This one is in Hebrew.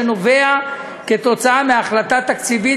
שנובע מהחלטה תקציבית,